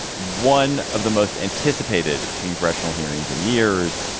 one of the most anticipated congressional hearings in years,